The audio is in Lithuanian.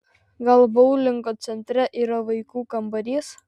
gal boulingo centre yra vaikų kambarys